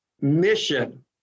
mission